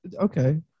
okay